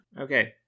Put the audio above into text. Okay